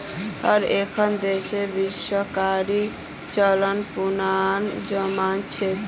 हर एक्खन देशत वार्षिकीर चलन पुनना जमाना छेक